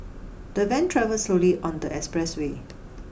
the van travelled slowly on the expressway